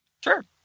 Sure